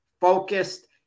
focused